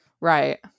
Right